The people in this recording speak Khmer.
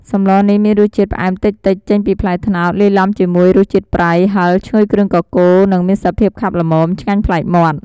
សម្លនេះមានរសជាតិផ្អែមតិចៗ ចេញពីផ្លែត្នោត លាយឡំជាមួយរសជាតិប្រៃ ហឺរ ឈ្ងុយគ្រឿងកកូរ និងមានសភាពខាប់ល្មម ឆ្ងាញ់ប្លែកមាត់។